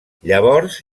llavors